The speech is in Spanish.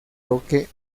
roque